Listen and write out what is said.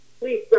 please